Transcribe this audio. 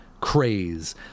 craze